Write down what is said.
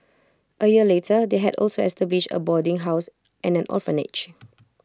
A year later they had also established A boarding house and an orphanage